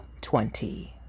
Twenty